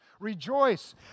rejoice